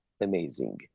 amazing